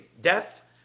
death